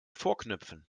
vorknöpfen